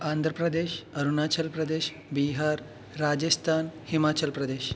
Andhra Pradesh Arunachal Pradesh Bihar Rajasthan Himachal Pradesh